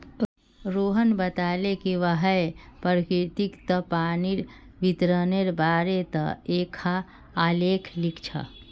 रोहण बताले कि वहैं प्रकिरतित पानीर वितरनेर बारेत एकखाँ आलेख लिख छ